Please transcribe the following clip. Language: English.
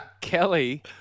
Kelly